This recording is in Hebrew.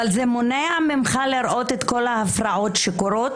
אבל זה מונע ממך לראות את כל ההפרעות שקורות,